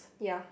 ya